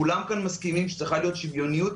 כולם כאן מסכימים שצריכה להיות שוויוניות,